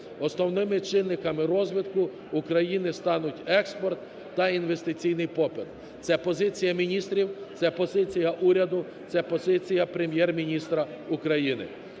основними чинниками розвитку України стануть експорт та інвестиційний попит. Це позиція міністрів, це позиція уряду, це позиція Прем'єр-міністра України.